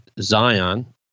Zion